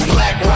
Black